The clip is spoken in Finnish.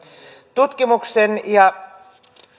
tutkimuksen ja